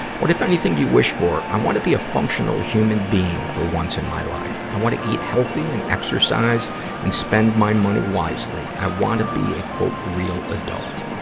what, if anything, so you wish for? i wanna be a functional human being for once in my life. i wanna eat healthy and exercise and spend my and money wisely. i wanna be a real adult.